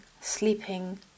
sleeping